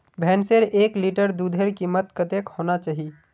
भैंसेर एक लीटर दूधेर कीमत कतेक होना चही?